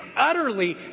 utterly